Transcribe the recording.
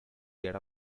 get